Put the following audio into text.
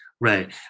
Right